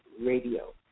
Radio